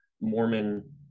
Mormon